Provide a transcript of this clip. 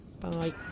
Bye